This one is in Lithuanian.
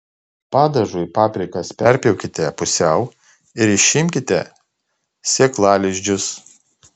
padažui paprikas perpjaukite pusiau ir išimkite sėklalizdžius